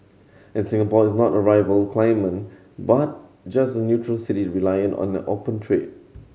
and Singapore is not a rival claimant but just a neutral city reliant on a open trade